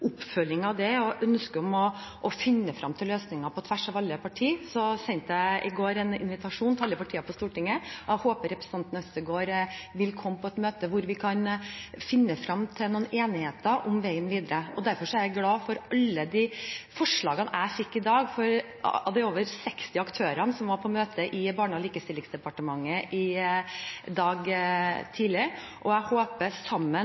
oppfølging av det og som et ønske om å finne frem til løsninger på tvers av alle partier sendte jeg i går en invitasjon til alle partiene på Stortinget. Jeg håper representanten Øvstegård vil komme på et møte der vi kan finne frem til enighet om veien videre. Jeg er glad for alle forslagene jeg fikk fra de over 60 aktørene som var på møte i Barne- og likestillingsdepartementet i dag tidlig, og jeg håper